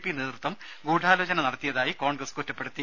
P നേതൃത്വം ഗൂഢാലോചന നടത്തിയതായി കോൺഗ്രസ് കുറ്റപ്പെടുത്തി